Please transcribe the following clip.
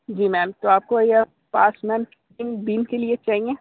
जी ma'am तो आपको यह पास मैम तीन दिन के लिए चाहिए